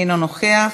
אינו נוכח,